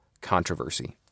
controversy